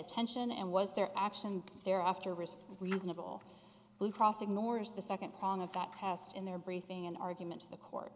attention and was there action there after a risk reasonable blue cross ignores the second prong of got past in their briefing an argument to the court